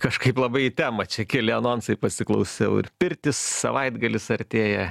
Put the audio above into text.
kažkaip labai į temą čia keli anonsai pasiklausiau ir pirtys savaitgalis artėja